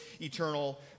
eternal